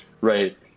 right